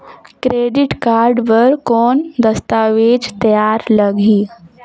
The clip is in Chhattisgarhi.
क्रेडिट कारड बर कौन दस्तावेज तैयार लगही?